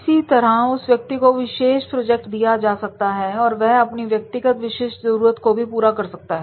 इस तरह उस व्यक्ति को विशेष प्रोजेक्ट दिए जा सकते हैं और वह अपनी व्यक्तिगत विशिष्ट जरूरत को भी पूरा कर सकता है